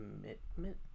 commitment